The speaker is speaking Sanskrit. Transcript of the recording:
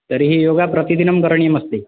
तर्हि योगः प्रतिदिनं करणीयः अस्ति